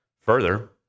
Further